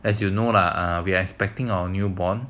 as you know lah we are expecting our newborn